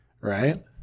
right